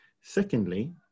Secondly